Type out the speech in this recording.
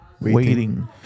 waiting